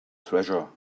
treasure